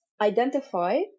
identify